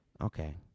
Okay